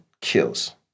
kills